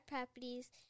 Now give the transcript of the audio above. properties